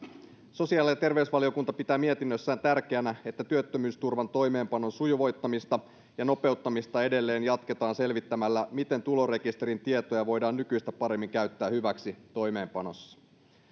sosiaali ja ja terveysvaliokunta pitää mietinnössään tärkeänä että työttömyysturvan toimeenpanon sujuvoittamista ja nopeuttamista edelleen jatketaan selvittämällä miten tulorekisterin tietoja voidaan nykyistä paremmin käyttää hyväksi toimeenpanossa